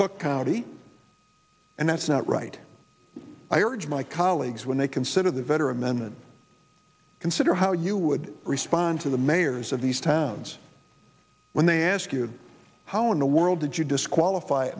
cook county and that's not right i urge my colleagues when they consider the veteran then consider how you would respond to the mayors of these towns when they ask you how in the world did you do qualify